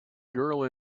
girl